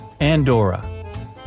Andorra